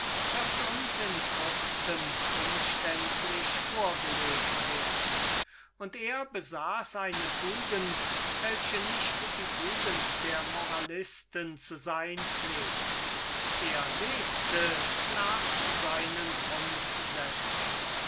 wird uns in kurzem umständlich vorgelegt werden und er besaß eine tugend welche nicht die tugend der moralisten zu sein pflegt er lebte nach seinen grundsätzen